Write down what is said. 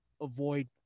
avoid